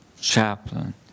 chaplain